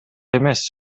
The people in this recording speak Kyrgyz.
эмес